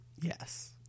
Yes